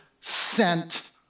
sent